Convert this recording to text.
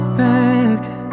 back